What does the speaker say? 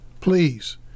Please